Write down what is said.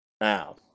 now